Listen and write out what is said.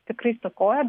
tikrai stokoja